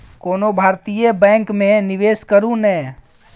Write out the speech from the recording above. कोनो भारतीय बैंक मे निवेश करू ने